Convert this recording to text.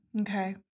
Okay